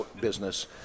business